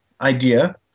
idea